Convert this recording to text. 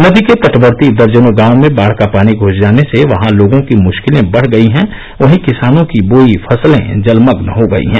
नदी के तटवर्ती दर्जनों गांवों में बाढ़ का पानी घुस जाने से वहाँ लोगों की मुश्किलें बढ़ गयी है वही किसानों की बोई फसलें जलमग्न हो गयी है